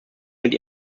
mit